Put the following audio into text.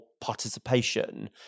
participation